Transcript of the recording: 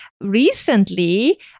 recently